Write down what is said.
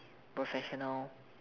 professional